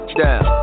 down